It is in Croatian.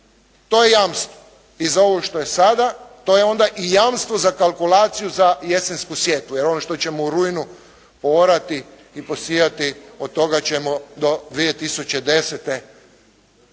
To je jamstvo i za ovo što je sada, to je onda i jamstvo za kalkulaciju za jesensku sjetvu jer ono što ćemo u rujnu poorati i posijati, od toga ćemo do 2010. kruh